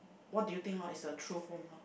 what do you think lor is your true home lor